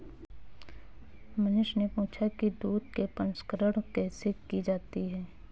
मनीष ने पूछा कि दूध के प्रसंस्करण कैसे की जाती है?